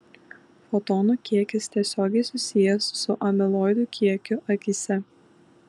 fotonų kiekis tiesiogiai susijęs su amiloidų kiekiu akyse